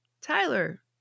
Tyler